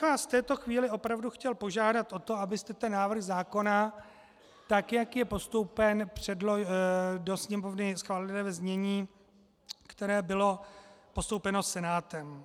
V této chvíli bych vás opravdu chtěl požádat o to, abyste ten návrh zákona, tak jak je postoupen do Sněmovny, schválili ve znění, které bylo postoupeno Senátem.